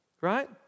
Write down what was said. right